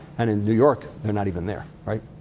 and in new york, they're not even there. right?